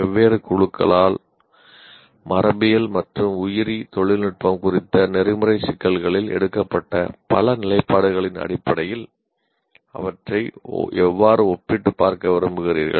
வெவ்வேறு குழுக்களால் மரபியல் மற்றும் உயிரி தொழில்நுட்பம் குறித்த நெறிமுறை சிக்கல்களில் எடுக்கப்பட்ட பல நிலைப்பாடுகளின் அடிப்படையில் அவற்றை எவ்வாறு ஒப்பிட்டுப் பார்க்க விரும்புகிறீர்கள்